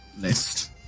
list